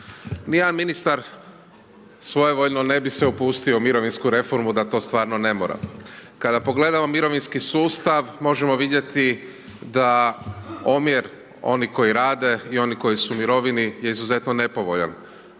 Nijedan ministar svojevoljno ne bi se upustio u mirovinsku reformu da to stvarno ne mora. Kada pogledamo mirovinski sustav možemo vidjeti da omjer onih koji rade i onih koji su u mirovini je izuzetno nepovoljan.